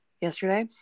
yesterday